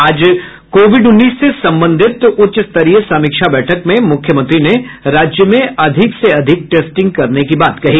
आज कोविड उन्नीस से संबंधित उच्च स्तरीय समीक्षा बैठक में मुख्यमंत्री ने राज्य में अधिक से अधिक टेस्टिंग करने की बात कही